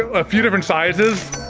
a few different sizes?